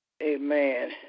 Amen